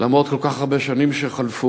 למרות כל כך הרבה שנים שחלפו,